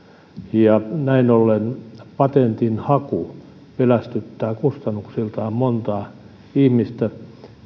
ja näin ollen kun patentin haku pelästyttää kustannuksillaan montaa ihmistä